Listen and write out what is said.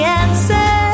answer